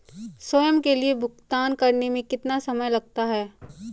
स्वयं के लिए भुगतान करने में कितना समय लगता है?